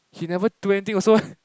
he never do anything also eh